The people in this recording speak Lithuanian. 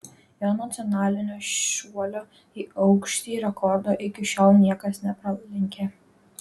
jo nacionalinio šuolio į aukštį rekordo iki šiol niekas nepralenkė